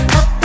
up